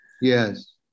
Yes